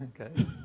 Okay